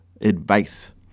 advice